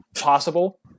possible